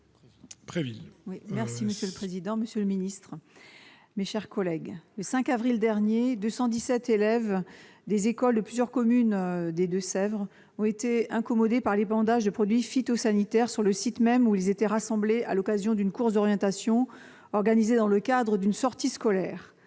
est ainsi libellé : La parole est à Mme Angèle Préville. Le 5 avril dernier, 217 élèves des écoles de plusieurs communes des Deux-Sèvres ont été incommodés par l'épandage de produits phytosanitaires sur le site même où ils étaient rassemblés à l'occasion d'une course d'orientation organisée dans le cadre d'une sortie scolaire.